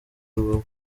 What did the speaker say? rubavu